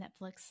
Netflix